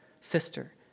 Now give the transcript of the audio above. sister